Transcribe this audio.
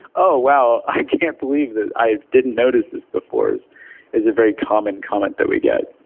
oh wow, i can't believe that i didn't notice this before' is is a very common comment that we get.